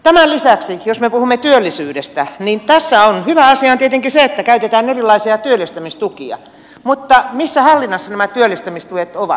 tämän lisäksi jos me puhumme työllisyydestä niin tässä on hyvä asia tietenkin se että käytetään erilaisia työllistämistukia mutta missä hallinnassa nämä työllistämistuet ovat